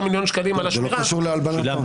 מיליון שקלים על השמירה --- זה לא קשור להלבנת הון.